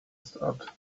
start